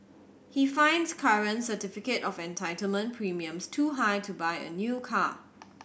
he finds current certificate of entitlement premiums too high to buy a new car